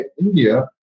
India